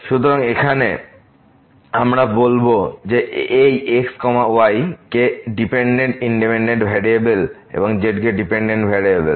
সুতরাং এখানে আমরা এই বলব x y কে ডিপেন্ডেন্ট ইন্ডিপেন্ডেন্ট ভ্যারিয়েবল এবং z কে ডিপেন্ডেন্ট ভেরিয়েবল